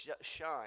shine